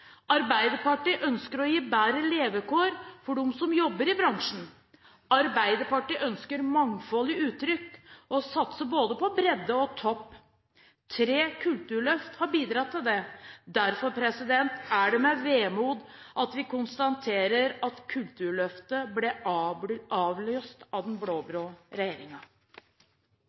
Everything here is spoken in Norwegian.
Arbeiderpartiet ønsker å gi bedre levekår for dem som jobber i bransjen. Arbeiderpartiet ønsker mangfold i uttrykk og å satse på både bredde og topp. Tre kulturløft har bidratt til det – derfor er det med vemod vi konstaterer at Kulturløftet ble avlyst av den